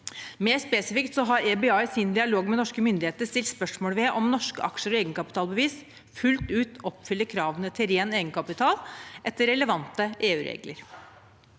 Mer spesifikt har EBA i sin dialog med norske myndigheter stilt spørsmål ved om norske aksjer og egenkapitalbevis fullt ut oppfyller kravene til ren egenkapital, etter relevante EUregler.